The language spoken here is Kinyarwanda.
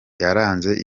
yaranze